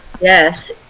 yes